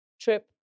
trip